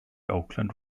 oakland